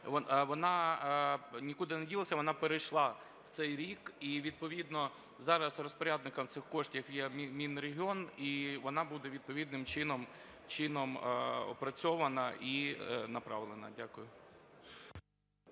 вона нікуди не ділася, вона перейшла в цей рік, і відповідно зараз розпорядником цих коштів є Мінрегіон, і вона буде відповідним чином опрацьована і направлена. Дякую.